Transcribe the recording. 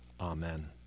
Amen